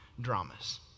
dramas